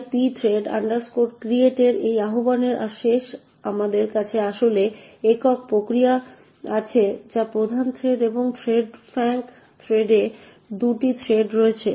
তাই pthread create এর এই আহ্বানের শেষে আমাদের কাছে আসলে একক প্রক্রিয়া আছে যা প্রধান থ্রেড এবং থ্রেডফাঙ্ক থ্রেডে 2টি থ্রেড রয়েছে